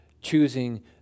choosing